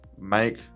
make